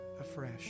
afresh